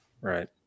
Right